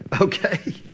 Okay